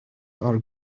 are